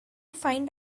find